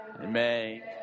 Amen